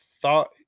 thought